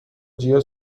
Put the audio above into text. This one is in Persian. جیا